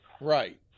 Right